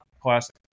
Classic